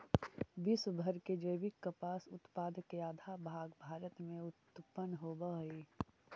विश्व भर के जैविक कपास उत्पाद के आधा भाग भारत में उत्पन होवऽ हई